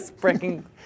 breaking